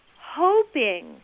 hoping